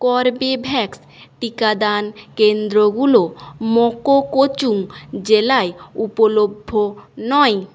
Corbevax টিকাদান কেন্দ্রগুলো মোককচুং জেলায় উপলভ্য নয়